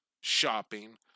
shopping